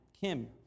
Kim